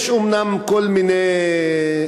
יש אומנם כל מיני,